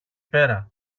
πέρα